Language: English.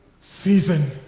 season